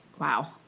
wow